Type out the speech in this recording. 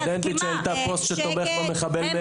סטודנטית שהעלתה פוסט שתומך במחבל באלעד.